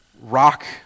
rock